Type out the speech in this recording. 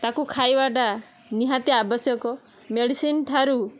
ତାକୁ ଖାଇବାଟା ନିହାତି ଆବଶ୍ୟକ ମେଡ଼ିସିନ ଠାରୁ